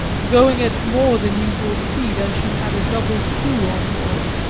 going at more than usual speed as she had a double crew on board.